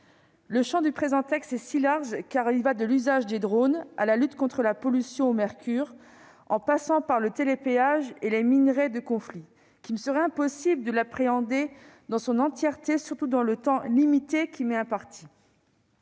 Le champ du présent texte est si large- il va de l'usage des drones à la lutte contre la pollution au mercure, en passant par le télépéage ou les minerais de conflits -qu'il me serait impossible de l'appréhender dans son entièreté, surtout dans le temps limité qui m'est imparti.